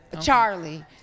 Charlie